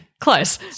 close